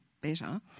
better